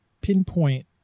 pinpoint